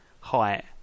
height